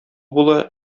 була